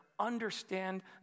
understand